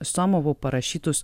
somovu parašytus